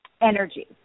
energy